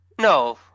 No